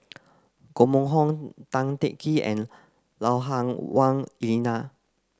Koh Mun Hong Tan Teng Kee and Lui Hah Wah Elena